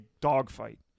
dogfight